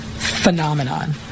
Phenomenon